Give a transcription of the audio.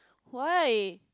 why